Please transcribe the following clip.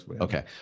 Okay